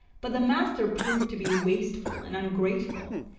but the master proved to be wasteful and ungrateful,